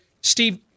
Steve